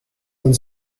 and